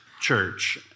church